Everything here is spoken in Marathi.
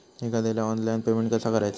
एखाद्याला ऑनलाइन पेमेंट कसा करायचा?